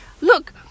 Look